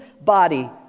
body